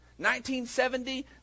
1970